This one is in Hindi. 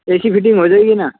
ऐ सी फ़िटींग हो जाएगी ना